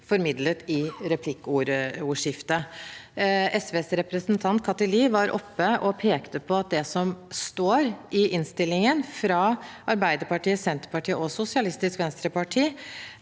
formidlet i replikkordskiftet. SVs representant Kathy Lie var oppe og pekte på at det som står i innstillingen fra Arbeiderpartiet, Senterpartiet og Sosialistisk Venstreparti,